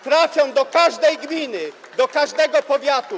Trafią do każdej gminy, do każdego powiatu.